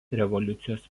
revoliucijos